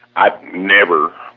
i've never,